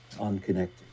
unconnected